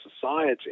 society